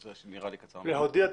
נראה לי קצר מדי.